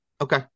Okay